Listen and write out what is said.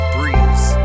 Breeze